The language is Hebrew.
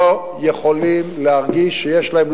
לא יכולים להרגיש שיש להם,